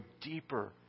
deeper